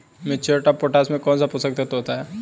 Muriate of potash में कौन सा पोषक तत्व पाया जाता है?